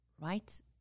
right